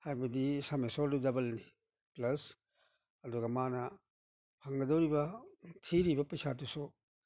ꯍꯥꯏꯕꯗꯤ ꯗꯕꯜꯅꯤ ꯄ꯭ꯂꯁ ꯑꯗꯨꯒ ꯃꯥꯅ ꯐꯪꯒꯗꯣꯔꯤꯕ ꯊꯤꯔꯤꯕ ꯄꯩꯁꯥꯗꯨꯁꯨ